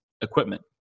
equipment